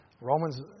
Romans